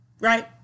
right